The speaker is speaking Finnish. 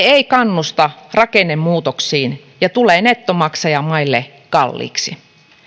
eivät kannusta rakennemuutoksiin ja tulevat nettomaksajamaille kalliiksi